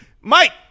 Mike